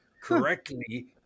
correctly